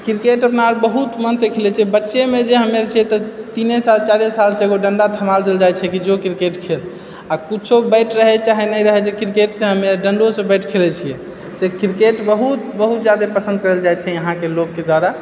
cricket अपना बहुत मनसे खेलै छिए बच्चेमे जे हम्मे छिए तऽ तीने साल चारि सालसे एकगो डण्डा थमा देल जायछेै कि जौ क्रिकेट खेल आ कुछौ बैट रहै चाहे नहि रहै क्रिकेट से हम डण्डो से बैट खेलय छिए से क्रिकेट बहुत बहुत जादे पसन्द करल जायछेै यहाँके लोगके द्वारा